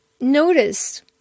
notice